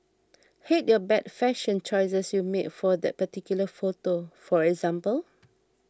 hate your bad fashion choices you made for that particular photo for example